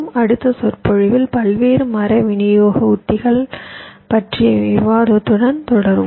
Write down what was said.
அடுத்த சொற்பொழிவில் பல்வேறு மர விநியோக உத்திகள் பற்றிய விவாதத்துடன் தொடர்வோம்